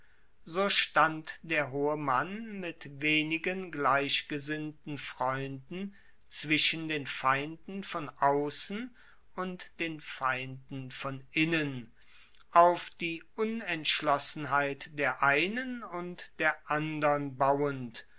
so stand der hohe mann mit wenigen gleichgesinnten freunden zwischen den feinden von aussen und den feinden von innen auf die unentschlossenheit der einen und der andern bauend